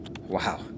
Wow